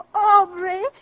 Aubrey